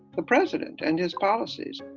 the president and his policies